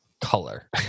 color